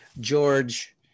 George